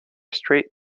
straight